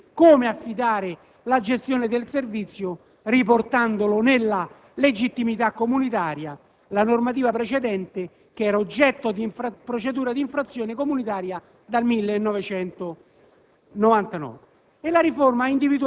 La concorrenza vuol dire come affidare la gestione del servizio riportando nella legittimità comunitaria la normativa precedente, che era oggetto di procedura di infrazione comunitaria dal 1999.